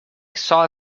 saw